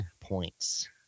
points